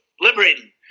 Liberating